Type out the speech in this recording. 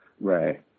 Right